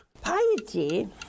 Piety